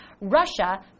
Russia